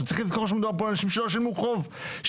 בחוק הזה.